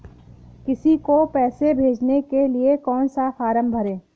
किसी को पैसे भेजने के लिए कौन सा फॉर्म भरें?